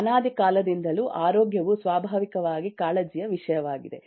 ಅನಾದಿ ಕಾಲದಿಂದಲೂ ಆರೋಗ್ಯವು ಸ್ವಾಭಾವಿಕವಾಗಿ ಕಾಳಜಿಯ ವಿಷಯವಾಗಿದೆ